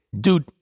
dude